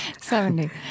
Seventy